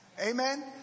Amen